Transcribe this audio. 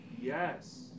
Yes